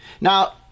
Now